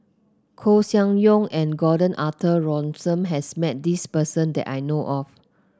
Koeh Sia Yong and Gordon Arthur Ransome has met this person that I know of